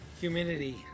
Humidity